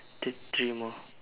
three three more